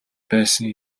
байсан